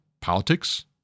politics